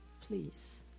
Please